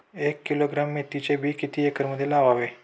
एक किलोग्रॅम मेथीचे बी किती एकरमध्ये लावावे?